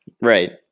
Right